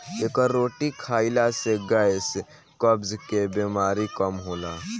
एकर रोटी खाईला से गैस, कब्ज के बेमारी कम होला